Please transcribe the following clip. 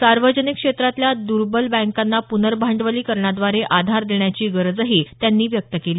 सार्वजनिक क्षेत्रातल्या दर्बल बँकांना प्नर्भांडवलीकरणाद्वारे आधार देण्याची गरजही त्यांनी व्यक्त केली